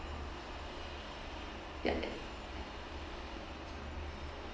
ya it~